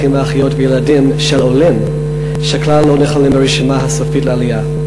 אחים ואחיות וילדים של עולים שכלל לא נכללים ברשימה הסופית לעלייה.